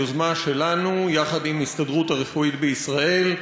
יוזמה שלנו יחד עם ההסתדרות הרפואית בישראל.